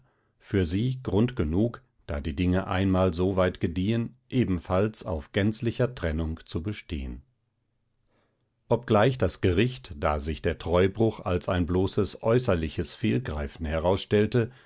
für sie grund genug da die dinge einmal so weit gediehen ebenfalls auf gänzlicher trennung zu bestehen obgleich das gericht da sich der treubruch als ein bloßes äußerliches fehlgreifen herausstellte